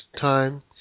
time